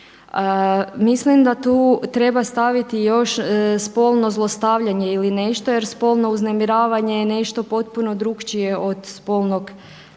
Mislim da tu treba staviti još spolno zlostavljanje ili nešto, jer spolno uznemiravanje je nešto potpuno drukčije od spolnog nasilja.